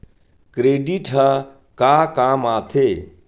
Credit ह का काम आथे?